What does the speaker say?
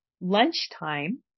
lunchtime